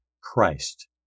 Christ